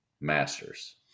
masters